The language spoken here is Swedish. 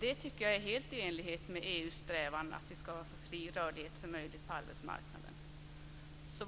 Det tycker jag är helt i enlighet med EU:s strävan att det ska vara så fri rörlighet som möjlighet på arbetsmarknaden.